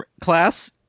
class